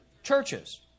Churches